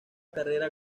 carrera